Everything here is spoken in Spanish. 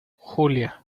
julia